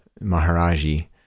Maharaji